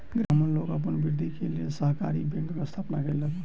ग्रामीण लोक अपन धनवृद्धि के लेल सहकारी बैंकक स्थापना केलक